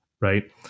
right